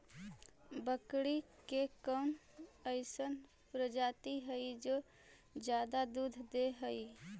बकरी के कौन अइसन प्रजाति हई जो ज्यादा दूध दे हई?